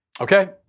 Okay